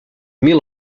mil